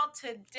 today